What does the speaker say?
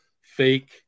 fake